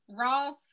Ross